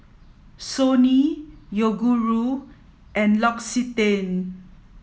Sony Yoguru and L'Occitane